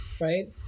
right